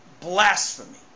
Blasphemy